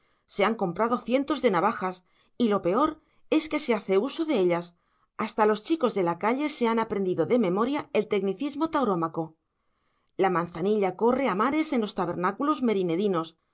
se han comprado cientos de navajas y lo peor es que se hace uso de ellas hasta los chicos de la calle se han aprendido de memoria el tecnicismo taurómaco la manzanilla corre a mares en los tabernáculos